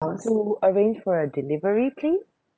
uh to arrange for a delivery please